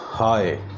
Hi